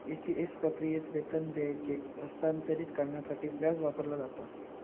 ECS प्रक्रियेत, वेतन देयके हस्तांतरित करण्यासाठी व्याज वापरला जाता